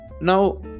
Now